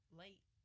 late